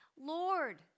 Lord